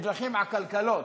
בדרכים עקלקלות,